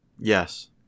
yes